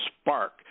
spark